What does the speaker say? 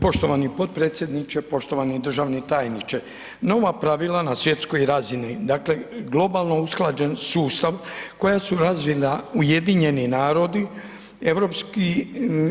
Poštovani potpredsjedniče, poštovani državni tajniče, nova pravila na svjetskoj razini, dakle globalno usklađen sustav koja su razina UN,